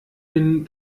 den